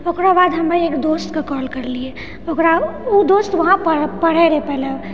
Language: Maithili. ओकरो बाद हमे एक दोस्तके कौल करलियै ओकरा ओ दोस्त वहाँ पढ़ पढ़ै रहै पहिले